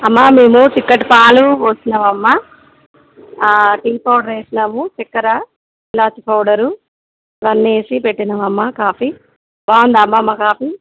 అమ్మా మేము చిక్కటి పాలు పోసినాము అమ్మా టీ పౌడర్ వేసినాము చక్కెర ఇలాచి పౌడరు అవన్నీ వేసి పెట్టినాము అమ్మ కాఫీ బాగుందా అమ్మా మా కాఫీ